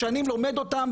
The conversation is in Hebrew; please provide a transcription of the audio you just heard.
שנים לומד אותן,